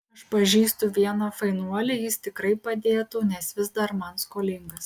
aš pažįstu vieną fainuolį jis tikrai padėtų nes vis dar man skolingas